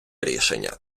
рішення